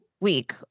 week